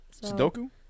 Sudoku